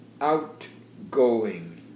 outgoing